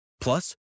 Plus